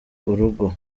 urugo